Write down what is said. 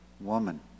Woman